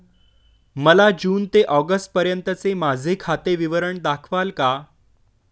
मला जून ते ऑगस्टपर्यंतचे माझे खाते विवरण दाखवाल का?